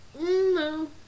No